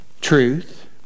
truth